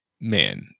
Man